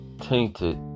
tainted